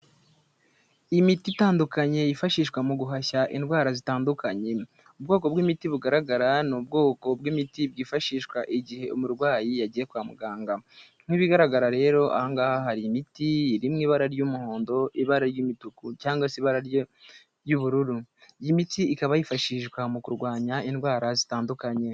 Imiti itandukanye yifashishwa mu guhashya indwara zitandukanye, ubwoko bw'imiti bugaragara ni ubwoko bw'imiti byifashishwa igihe umurwayi yagiye kwa muganga, nk'ibigaragara rero ahangaha hari imiti iri mu ibara ry'umuhondo, ibara ry'imituku cyangwa se ibara ry'ubururu, iyi miti ikaba yifashishwa mu kurwanya indwara zitandukanye.